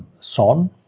son